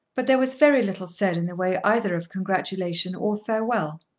but there was very little said in the way either of congratulation or farewell.